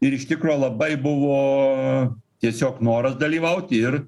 ir iš tikro labai buvo tiesiog noras dalyvauti ir